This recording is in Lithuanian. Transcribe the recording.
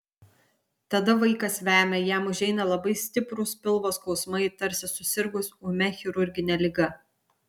tada vaikas vemia jam užeina labai stiprūs pilvo skausmai tarsi susirgus ūmia chirurgine liga